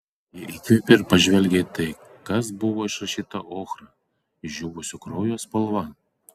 ji įkvėpė ir pažvelgė į tai kas buvo išrašyta ochra išdžiūvusio kraujo spalva